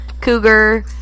Cougar